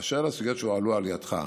באשר לסוגיות שהועלו על ידך,